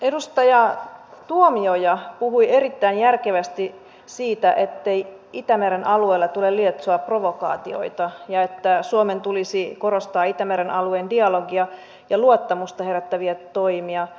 edustaja tuomioja puhui erittäin järkevästi siitä ettei itämeren alueella tule lietsoa provokaatioita ja että suomen tulisi korostaa itämeren alueen dialogia ja luottamusta herättäviä toimia